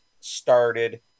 started